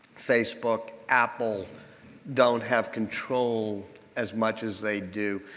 facebook, apple don't have control as much as they do.